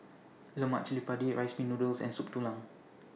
Lemak Cili Padi Rice Pin Noodles and Soup Tulang